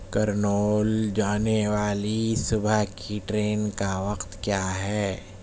کرنول جانے والی صبح کی ٹرین کا وقت کیا ہے